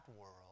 world